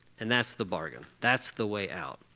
and that's the bargain. that's the way out.